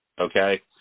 Okay